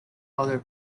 other